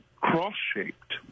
cross-shaped